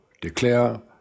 declare